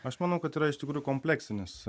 aš manau kad yra iš tikrųjų kompleksinis